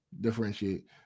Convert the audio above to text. differentiate